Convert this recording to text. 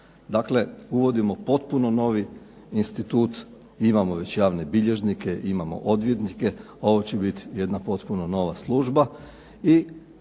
Dakle, uvodimo potpuno novi institut. Imamo već javne bilježnike, imamo odvjetnike. Ovo će biti jedna potpuno nova služba i potrebno